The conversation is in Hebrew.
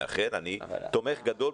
עם תכנית יציבה,